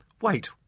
Wait